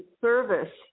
service